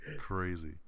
Crazy